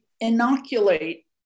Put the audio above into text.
inoculate